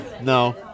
No